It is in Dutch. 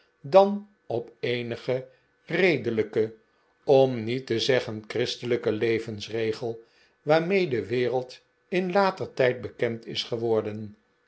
dan op'eenigen redelijken om niet te zeggen christelijken levensregel waarmee de wereld in later tijd bekend is geworden